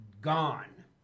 gone